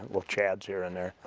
little chads here and there.